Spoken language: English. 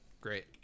Great